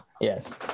yes